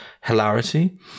hilarity